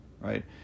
Right